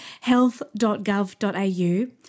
health.gov.au